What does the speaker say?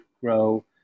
grow